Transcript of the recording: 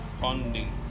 funding